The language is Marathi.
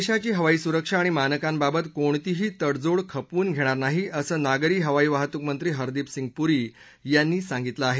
देशाची हवाई सुरक्षा आणि मानकांबाबत कोणतीही तडजोड खपवून घेणार नाही असं नागरी हवाई वाहतूक मंत्री हरदीप सिंग पुरी यांनी सांगितलं आहे